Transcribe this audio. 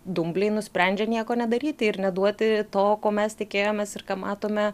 dumbliai nusprendžia nieko nedaryti ir neduoti to ko mes tikėjomės ir ką matome